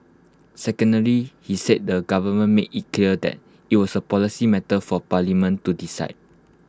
secondly he said the government made IT clear that IT was A policy matter for parliament to decide